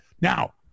Now